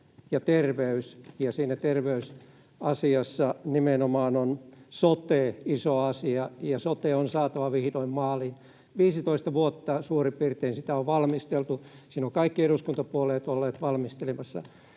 ja terveys, ja siinä terveysasiassa nimenomaan sote on iso asia. Sote on saatava vihdoin maaliin. 15 vuotta suurin piirtein sitä on valmisteltu, sitä ovat kaikki eduskuntapuolueet olleet valmistelemassa.